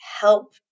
help